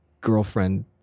girlfriend